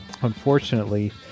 unfortunately